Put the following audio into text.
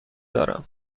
دارم